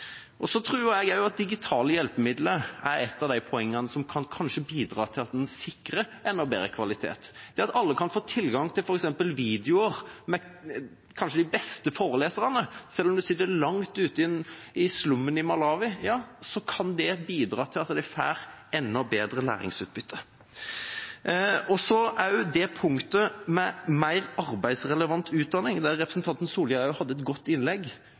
Så tror jeg også at digitale hjelpemidler er et av de poengene som kanskje kan bidra til at man sikrer enda bedre kvalitet. Det at alle kan få tilgang til f.eks. videoer med kanskje de beste foreleserne, selv om man sitter langt ute i slummen i Malawi, så kan det bidra til enda bedre læringsutbytte. Punktet som gjelder mer arbeidsrelevant utdanning, der representanten Solhjell hadde et godt innlegg,